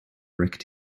wrecked